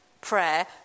prayer